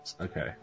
Okay